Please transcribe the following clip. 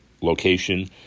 location